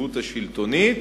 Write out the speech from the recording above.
וביציבות השלטונית,